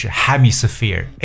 hemisphere